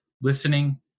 listening